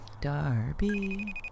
Darby